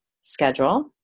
schedule